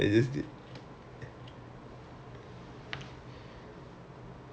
my sister also she was in she was in N_U_S high school you know